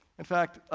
in fact,